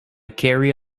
carrie